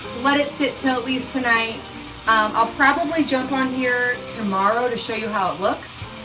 let it sit til at least tonight um, i'll probably jump on here tomorrow to show you how it looks.